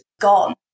gone